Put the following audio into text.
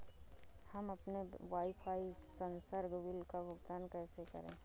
हम अपने वाईफाई संसर्ग बिल का भुगतान कैसे करें?